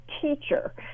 teacher